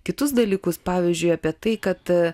kitus dalykus pavyzdžiui apie tai kad